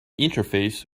interface